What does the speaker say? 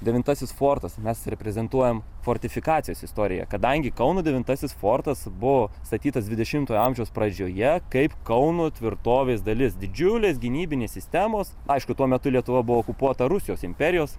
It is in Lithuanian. devintasis fortas mes reprezentuojame fortifikacijos istoriją kadangi kauno devintasis fortas buvo statytas dvidešimtojo amžiaus pradžioje kaip kauno tvirtovės dalis didžiulės gynybinės sistemos aišku tuo metu lietuva buvo okupuota rusijos imperijos